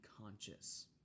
conscious